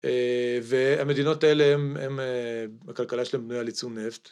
והמדינות האלה, הכלכלה שלהם בנויה על ייצור נפט.